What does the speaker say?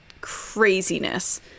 craziness